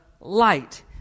light